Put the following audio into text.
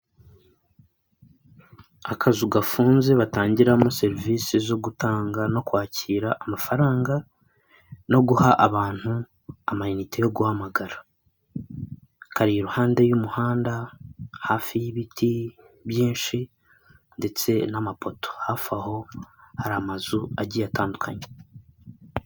Akazu gafunze batangiramo serivise zo gutanga no kwakira amafaranga no guha abantu amayinite yo guhamagara, kari iruhande y'umuhanda hafi y'ibiti byinshi ndetse n'amapoto, hafi aho hari amazu agiye atandukanye.